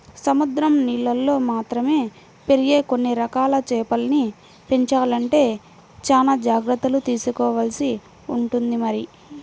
సముద్రం నీళ్ళల్లో మాత్రమే పెరిగే కొన్ని రకాల చేపల్ని పెంచాలంటే చానా జాగర్తలు తీసుకోవాల్సి ఉంటుంది మరి